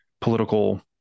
Political